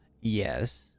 Yes